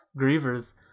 Grievers